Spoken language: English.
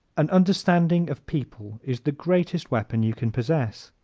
an understanding of people is the greatest weapon you can possess.